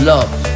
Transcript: Love